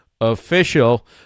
Official